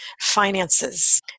finances